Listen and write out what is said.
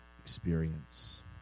experience